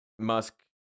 musk